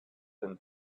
been